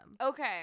Okay